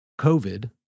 COVID